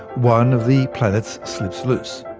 one of the planets slips loose.